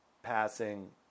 passing